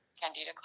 candida